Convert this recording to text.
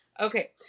Okay